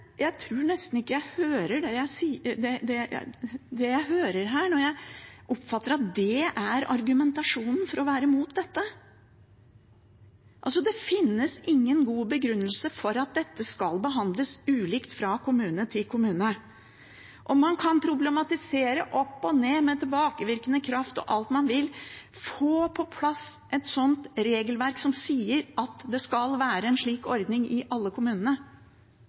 Jeg tror nesten ikke det jeg hører her, når jeg oppfatter at det er argumentasjonen for å være mot dette. Det finnes ingen god begrunnelse for at dette skal behandles ulikt fra kommune til kommune. Man kan problematisere opp og ned, med tilbakevirkende kraft og alt man vil – få på plass et regelverk som sier at det skal være en slik ordning i alle kommunene.